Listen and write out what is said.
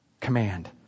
Command